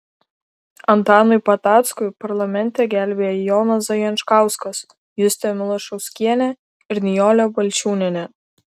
antanui patackui parlamente gelbėja jonas zajančkauskas justė milušauskienė ir nijolė balčiūnienė